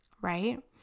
right